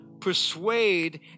persuade